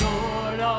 Lord